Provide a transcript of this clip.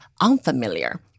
unfamiliar